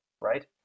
right